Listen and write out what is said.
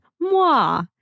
moi